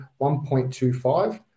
$1.25